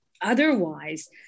Otherwise